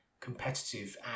competitive